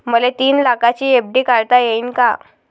मले तीन लाखाची एफ.डी काढता येईन का?